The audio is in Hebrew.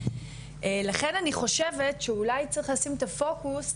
לכן אני חושבת שאולי צריך לשים את הפוקוס,